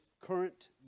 current